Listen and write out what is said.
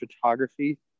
photography